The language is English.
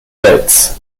dates